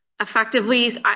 effectively